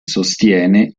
sostiene